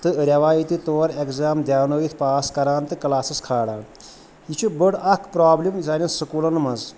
تہٕ ریٚوایتی طور ایٚگزام دیاونٲوِتھ پاس کران تہٕ کٕلاسس کھاران یہِ چھُ بٔڈ اکھ پرٛابلِم سانٮ۪ن سکوٗلن منٛز